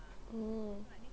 mm